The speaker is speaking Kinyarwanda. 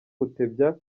gutebya